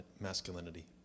masculinity